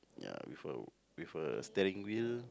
ya with a with a steering wheel